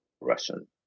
Russian